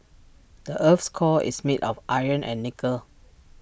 the Earth's core is made of iron and nickel